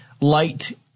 light